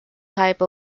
type